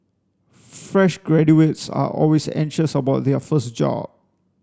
fresh graduates are always anxious about their first job